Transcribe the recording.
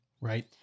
Right